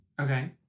Okay